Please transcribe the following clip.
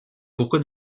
pourquoi